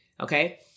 okay